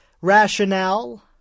rationale